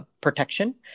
protection